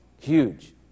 Huge